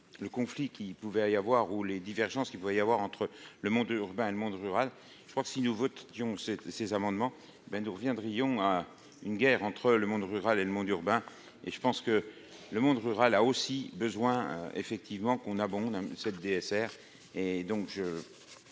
le conflit qu'il pouvait avoir ou les divergences qu'il pouvait y avoir entre le monde urbain et le monde rural, je crois que si nous votions ces ces amendements, ben nous reviendrions à une guerre entre le monde rural et le monde urbain et je pense que le monde rural a aussi besoin effectivement qu'on abonde 7 DSR et donc je